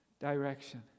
direction